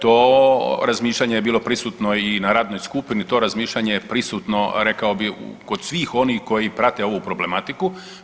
To razmišljanje je bilo prisutno i na radnoj skupini, to razmišljanje je prisutno rekao bih kod svih onih koji prate ovu problematiku.